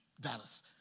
Dallas